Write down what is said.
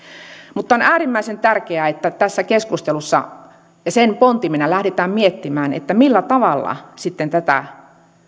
mutta on äärimmäisen tärkeää että tässä keskustelussa ja sen pontimena lähdetään miettimään millä tavalla sitten tätä